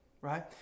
right